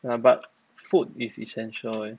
oh but food is essential eh